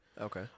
Okay